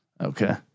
Okay